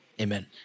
Amen